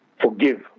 Forgive